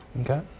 Okay